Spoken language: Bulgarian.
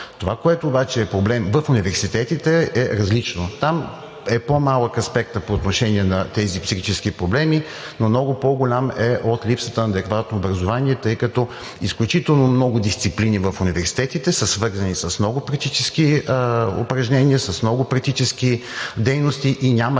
Това, което обаче е проблем в университетите, е различно. Там е по-малък аспектът по отношение на тези психически проблеми, но много по-голям е от липсата на адекватно образование, тъй като изключително много дисциплини в университетите са свързани с много практически упражнения, с много практически дейности и няма